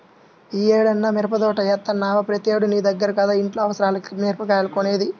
యీ ఏడన్నా మిరపదోట యేత్తన్నవా, ప్రతేడూ నీ దగ్గర కదా ఇంట్లో అవసరాలకి మిరగాయలు కొనేది